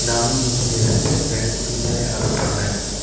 டாமினோஸில் இருந்து ரெண்டு பீட்ஸாவை ஆர்டர் பண்ணு